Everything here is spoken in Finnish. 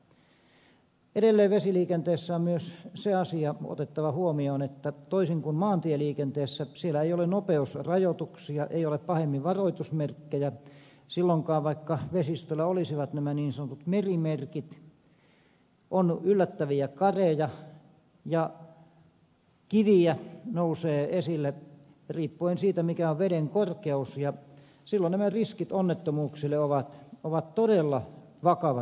edelleen vesiliikenteessä on myös se asia otettava huomioon että toisin kuin maatieliikenteessä siellä ei ole nopeusrajoituksia ei ole pahemmin varoitusmerkkejä silloinkaan vaikka vesistöllä olisi nämä niin sanotut merimerkit on yllättäviä kareja ja kiviä nousee esille riippuen siitä mikä on veden korkeus ja silloin nämä riskit onnettomuuksille ovat todella vakavat olemassa